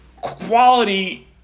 quality